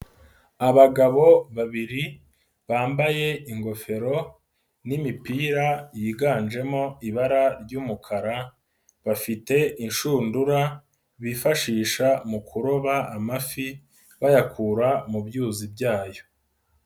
Abagabo babiri bambaye ingofero n'imipira yiganjemo ibara ry'umukara, bafite inshundura bifashisha mu kuroba amafi, bayakura mu byuzi byayo.